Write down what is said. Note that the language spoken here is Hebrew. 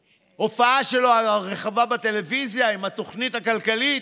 בהופעה הרחבה שלו בטלוויזיה עם התוכנית הכלכלית: